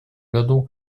году